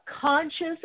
conscious